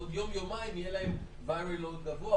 עוד יום-יומיים יהיה להם viral load גבוה,